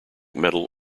medal